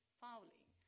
fouling